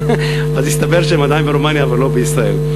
אז הסתבר שהם עדיין ברומניה ולא בישראל.